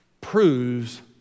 proves